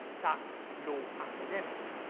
tax law academics.